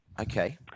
Okay